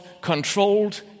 controlled